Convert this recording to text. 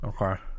Okay